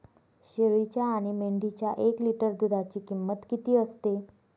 शेळीच्या आणि मेंढीच्या एक लिटर दूधाची किंमत किती असते?